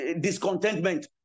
discontentment